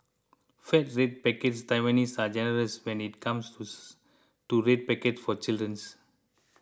fat red packets Taiwanese are generous when it comes to red packets for